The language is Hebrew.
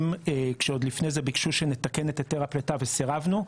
כשעוד לפני זה ביקשו שנתקן את היתר הפליטה וסירבנו,